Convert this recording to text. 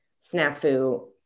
snafu